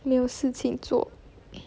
没有事情做